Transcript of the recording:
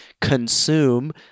consume